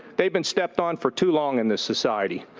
they've been stepped on for too long in this society,